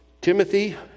Timothy